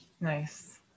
Nice